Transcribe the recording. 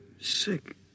sick